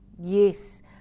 Yes